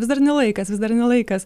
vis dar ne laikas vis dar ne laikas